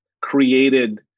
created